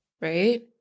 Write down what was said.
right